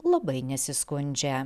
labai nesiskundžia